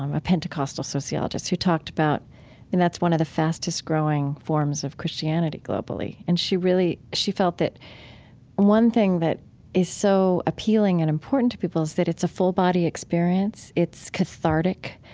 um a pentecostal sociologist who talked about and that's one of the fastest-growing forms of christianity globally and she really felt that one thing that is so appealing and important to people is that it's a full-body experience. it's cathartic.